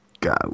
go